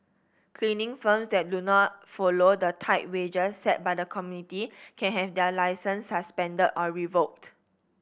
cleaning firms that do not follow the tiered wages set by the committee can have their licences suspended or revoked